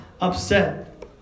upset